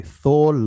Thor